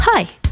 Hi